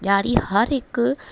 ॾियारी हर हिक